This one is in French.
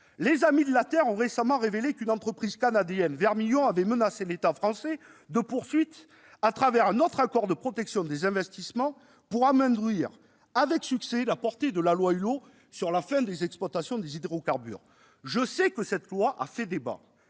Les Amis de la terre a récemment révélé qu'une entreprise canadienne, Vermillon, avait menacé l'État français de poursuites sur le fondement d'un autre accord de protection des investissements pour amoindrir, avec succès, la portée de la loi Hulot sur la fin de l'exploitation des hydrocarbures. Je sais que cette loi a fait débat,